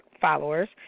followers